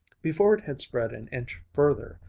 before it had spread an inch further,